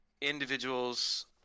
individuals